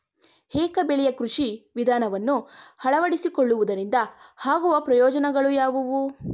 ಏಕ ಬೆಳೆಯ ಕೃಷಿ ವಿಧಾನವನ್ನು ಅಳವಡಿಸಿಕೊಳ್ಳುವುದರಿಂದ ಆಗುವ ಪ್ರಯೋಜನಗಳು ಯಾವುವು?